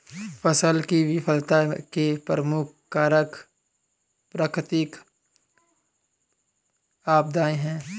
फसल की विफलता के प्रमुख कारक प्राकृतिक आपदाएं हैं